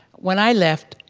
when i left,